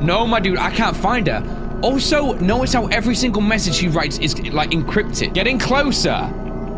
no, my dude. i can't find her ah also. no it's how every single message. she writes is it like encrypted getting closer